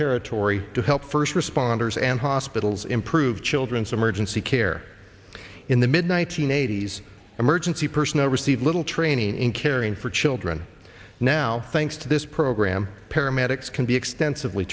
territory to help first responders and hospitals improve children's emergency care in the mid one nine hundred eighty s emergency personnel receive little training in caring for children now thanks to this program paramedics can be extensively